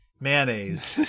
mayonnaise